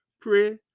pray